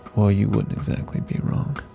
well you wouldn't exactly be wrong